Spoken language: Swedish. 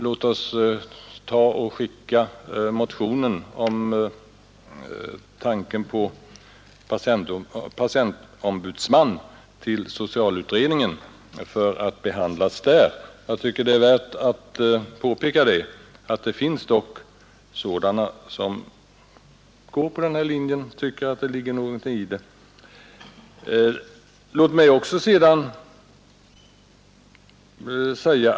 Låt oss skicka motionen om tanken på patientombudsman till socialutredningen för att behandlas där. Jag tycker det är värt att påpeka att det dock finns de som vill följa denna linje och tycker att det ligger någonting i den.